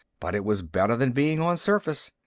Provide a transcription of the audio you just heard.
but it was better than being on surface.